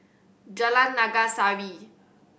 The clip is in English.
Jalan Naga Sari